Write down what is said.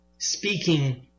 Speaking